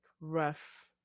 rough